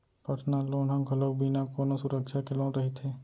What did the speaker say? personal loan ह घलोक बिना कोनो सुरक्छा के लोन रहिथे